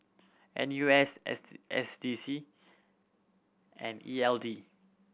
N U S S D C and E L D